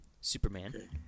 Superman